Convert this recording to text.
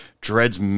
dreads